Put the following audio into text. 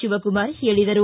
ಶಿವಕುಮಾರ್ ಹೇಳಿದರು